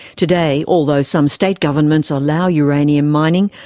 today, although some state governments allow uranium mining,